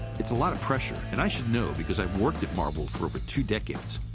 it's a lot of pressure. and i should know because i've worked at marvel for over two decades.